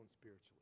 spiritually